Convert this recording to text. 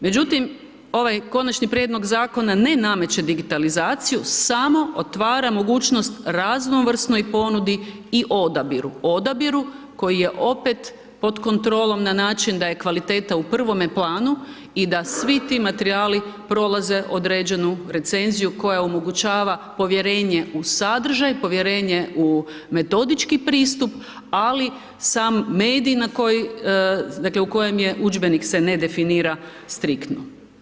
Međutim, ovaj Konačni prijedlog Zakona ne nameće digitalizaciju samo otvara mogućnost raznovrsnoj ponudi i odabiru, odabiru koji je opet pod kontrolom na način da je kvaliteta u prvome planu i da svi ti materijali prolaze određenu recenziju koja omogućava povjerenje u sadržaj, povjerenje u metodički pristup ali sam medij na koji, dakle u kojem je udžbenik se ne definira striktno.